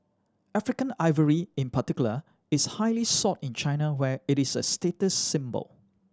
African ivory in particular is highly sought in China where it is a status symbol